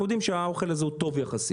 יודעים שהאוכל הזה הוא טוב יחסית.